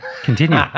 continue